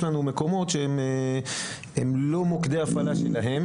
יש לנו מקומות שהם לא מוקדי הפעלה שלהם